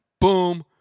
Boom